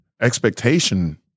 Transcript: Expectation